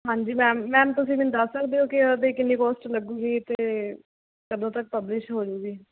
ਹਾਂਜੀ ਮੈਮ ਤੁਸੀਂ ਮੈਨੂੰ ਦੱਸ ਸਕਦੇ ਓ ਕਿ ਉਹਦੇ ਕਿੰਨੀ ਕੋਸਟ ਲੱਗੂਗੀ ਤੇ ਕਦੋਂ ਤੱਕ ਪਬਲਿਸ਼ ਹੋਜੇਗੀ